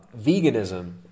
Veganism